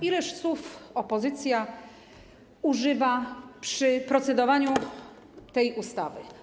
Ileż słów opozycja używa przy procedowaniu nad tą ustawą.